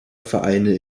vereine